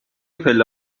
پله